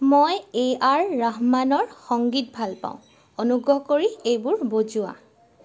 মই A R ৰহমানৰ সংগীত ভাল পাওঁ অনুগ্ৰহ কৰি এইবোৰ বজোৱা